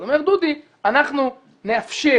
אז אומר דודי שאנחנו נאפשר,